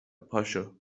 پاشو